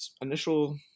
Initial